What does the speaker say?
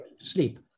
sleep